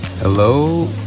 Hello